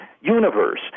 universe